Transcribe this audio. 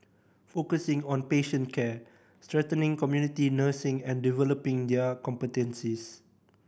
focusing on patient care strengthening community nursing and developing their competencies